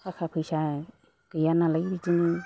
थाखा फैसा गैयानालाय बिदिनो